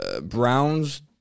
Browns